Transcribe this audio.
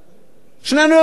שנינו יודעים את זה.